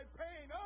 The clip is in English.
pain